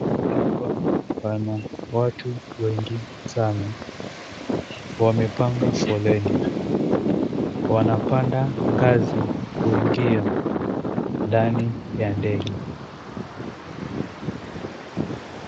Hapa pana watu wengi sana. Wamepanga foleni, wanapanda ngazi kuingia ndani ya ndege.